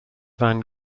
van